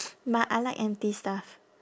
but I like empty stuff